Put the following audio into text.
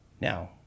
Now